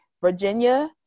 virginia